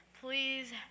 Please